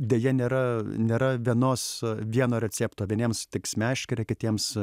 deja nėra nėra vienos vieno recepto vieniems tiks meškerė kitiems